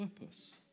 purpose